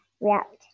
react